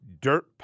dirt